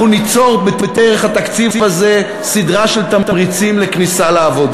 אנחנו ניצור דרך התקציב הזה סדרה של תמריצים לכניסה לעבודה.